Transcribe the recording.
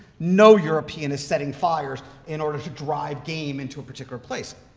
no european is setting fires in order to drive game into a particular place.